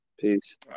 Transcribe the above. Peace